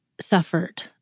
suffered